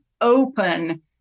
open